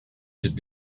should